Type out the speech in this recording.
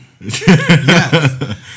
Yes